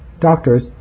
doctors